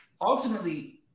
ultimately